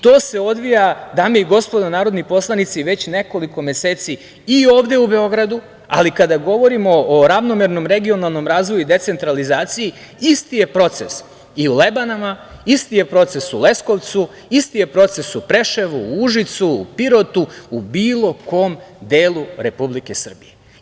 To se odvija, dame i gospodo narodni poslanici već nekoliko meseci i ovde u Beogradu, ali kada govorimo o ravnomernom regionalnom razvoju i decentralizaciji isti je proces i u Lebanama, isti je proces u Leskovcu, isti je proces u Preševu, u Užicu, u Pirotu, u bilo kom delu Republike Srbije.